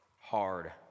hard